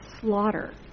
slaughter